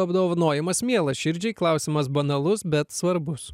apdovanojimas mielas širdžiai klausimas banalus bet svarbus